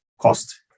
cost